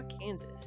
Kansas